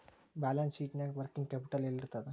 Balance ಶೇಟ್ನ್ಯಾಗ working capital ಯೆಲ್ಲಿರ್ತದ?